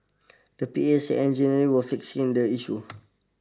the P A said engineers were fixing the issue